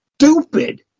stupid